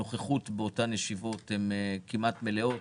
הנוכחות באותן ישיבות כמעט מלאה.